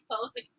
post